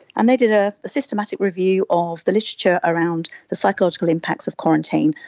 and they did a systematic review of the literature around the psychological impacts of quarantine.